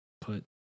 put